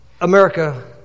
America